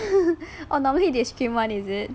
orh normally they scream [one] is it